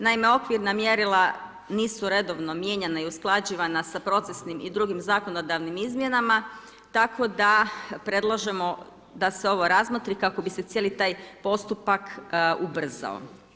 Naime, okvirna mjerila nisu redovno mijenjana i usklađivana sa procesnim i drugim zakonodavnim izmjenama tako da predlažemo da se ovo razmotri kako bi se cijeli taj postupak ubrzao.